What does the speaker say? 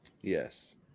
Yes